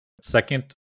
second